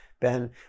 Ben